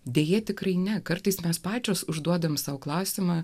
deja tikrai ne kartais mes pačios užduodame sau klausimą